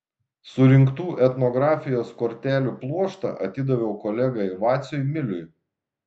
surinktų etnografijos kortelių pluoštą atidaviau kolegai vaciui miliui